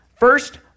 First